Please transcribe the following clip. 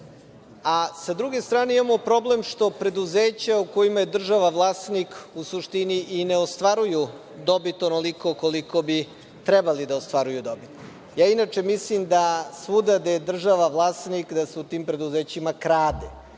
druge strane, imamo problem što preduzeća u kojima je država vlasnik u suštini i ne ostvaruju dobit onoliko koliko bi trebalo da ostvaruju dobit. Ja inače mislim da svuda gde je država vlasnik da se u tim preduzećima krade